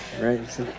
right